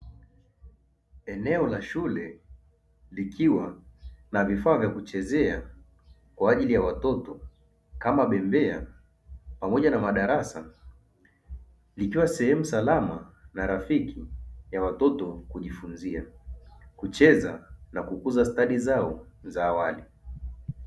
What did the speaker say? Eneo la shule likiwa na vifaa vya kuchezea kwa ajili ya watoto kama bembea, pamoja na madarasa ikiwa sehemu salama na rafiki ya watoto kujifunzia, kucheza na kukuza stadi zao za awali.